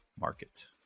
market